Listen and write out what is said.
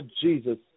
Jesus